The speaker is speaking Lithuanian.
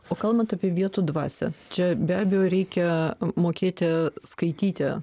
o kalbant apie vietų dvasią čia be abejo reikia mokėti skaityti